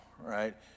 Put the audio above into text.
right